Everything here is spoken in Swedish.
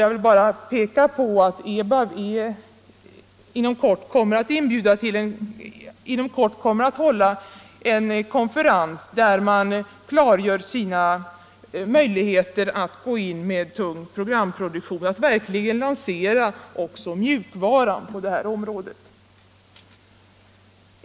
Jag vill bara peka på att EBAV inom kort kommer att hålla en konferens där man klargör sina möjligheter i fråga om programproduktion, att verkligen lansera också mjukvaran på det här området.